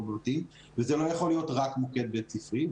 בבתים וזה לא יכול להיות רק מוקד בית ספרי,